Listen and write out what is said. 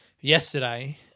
yesterday